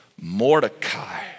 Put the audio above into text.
Mordecai